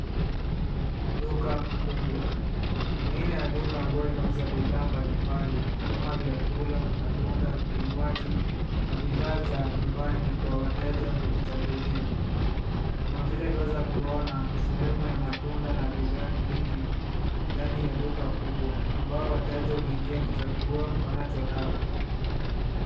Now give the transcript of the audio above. Duka kubwa. Ni aina ya duka ambayo inauza bidhaa mbalimbali kama vyakula, matunda, vinywaji na bidhaa za nyumbani kwa wateja kujichagulia kama vile twaweza kuona sehemu ya matunda na bidhaa nyingi ndani ya duka kubwa ambayo wateja huingia kuchagua wanachotaka.